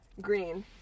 Green